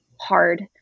hard